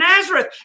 Nazareth